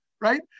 right